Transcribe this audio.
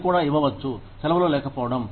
మీరు కూడా ఇవ్వవచ్చు సెలవులు లేకపోవడం